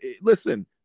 listen